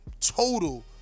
total